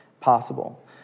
possible